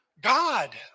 God